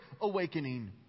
awakening